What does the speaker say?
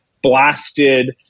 blasted